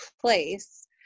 place